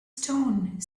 stone